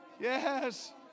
Yes